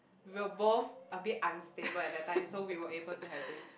we were both a bit unstable at that time so we were able to have this